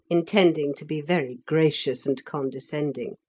intending to be very gracious and condescending.